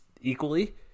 equally